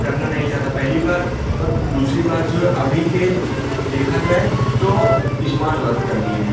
करना नहीं चाहता पहली बात और दूसरी बात जो है अभी के देखा जाए तो इस्मार्ट वर्क कर दिए हैं